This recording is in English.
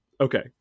Okay